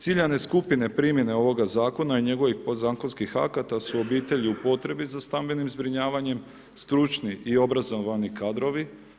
Ciljane skupine primjene ovoga zakona i njegovih podzakonskih akata su obitelji u potrebi za stambenim zbrinjavanjem, stručni i obrazovani kadrovi.